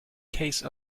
case